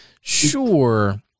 sure